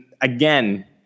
again